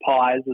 pies